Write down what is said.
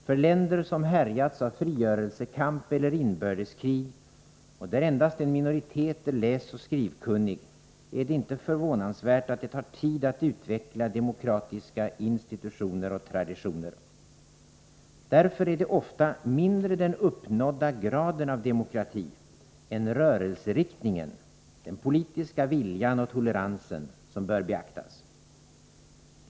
För länder som härjats av frigörelsekamp eller inbördeskrig och där endast en minoritet är läsoch skrivkunnig, är det inte förvånansvärt att det tar tid att utveckla demokratiska institutioner och traditioner. Därför är det ofta mindre den uppnådda graden av demokrati än rörelseriktningen — den politiska viljan och toleransen — som bör beaktas.